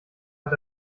hat